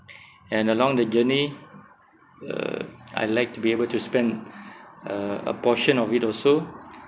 and along the journey uh I like to be able to spend uh a portion of it also